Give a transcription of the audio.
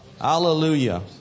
Hallelujah